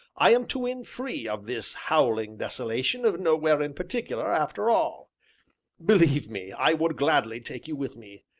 i am to win free of this howling desolation of nowhere-in-particular, after all believe me, i would gladly take you with me.